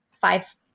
five